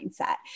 mindset